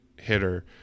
hitter